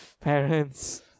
parents